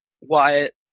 Wyatt